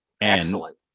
excellent